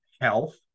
health